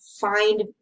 find